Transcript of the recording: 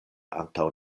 antaŭ